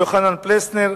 יוחנן פלסנר,